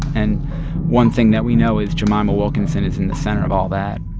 and one thing that we know is jemima wilkinson is in the center of all that